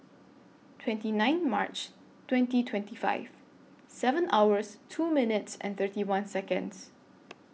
twenty nine March twenty twenty five seven hours two minutes and thirty one Seconds